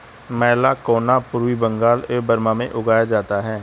मैलाकोना पूर्वी बंगाल एवं बर्मा में उगाया जाता है